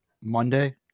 Monday